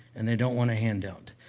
and they don't want a handout.